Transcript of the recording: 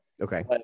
Okay